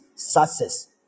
Success